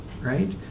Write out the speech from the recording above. right